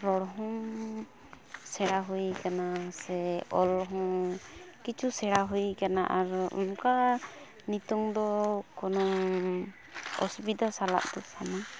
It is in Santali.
ᱨᱚᱲᱦᱚᱸᱻ ᱥᱮᱬᱟ ᱦᱩᱭ ᱟᱠᱟᱱᱟ ᱥᱮ ᱚᱞᱦᱚᱸ ᱠᱤᱪᱷᱩ ᱥᱮᱬᱟ ᱦᱩᱭ ᱟᱠᱟᱱᱟ ᱟᱨ ᱚᱱᱠᱟ ᱱᱤᱛᱚᱝ ᱫᱚ ᱠᱳᱱᱳ ᱚᱥᱩᱵᱤᱫᱷᱟ ᱥᱟᱞᱟᱜ ᱫᱚ ᱥᱟᱱᱟ